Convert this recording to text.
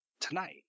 tonight